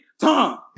Tom